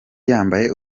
yambaye